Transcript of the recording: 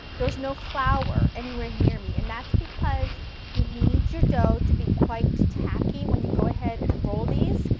there's no flour anywhere near me and that's because you need your dough to be quite tacky when you go ahead and roll these,